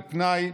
בפנאי,